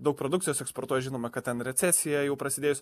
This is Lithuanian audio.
daug produkcijos eksportuoja žinoma kad ten recesija jau prasidėjus